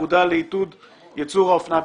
האגודה לעידוד ייצור האופנה בישראל,